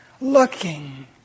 looking